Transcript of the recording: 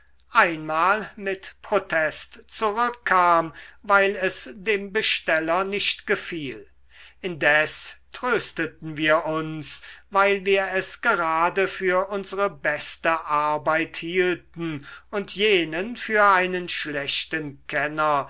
einmal mit protest zurückkam weil es dem besteller nicht gefiel indes trösteten wir uns weil wir es gerade für unsere beste arbeit hielten und jenen für einen schlechten kenner